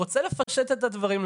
רוצה לפשט את הדברים,